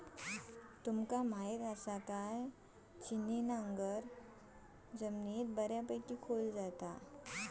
तुमका म्हायत आसा, की छिन्नी नांगर जमिनीत बऱ्यापैकी खोल जाता